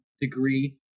degree